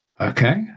okay